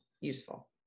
useful